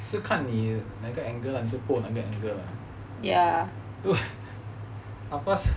是看你哪一个 angle 还是什么 angle 如果你 of course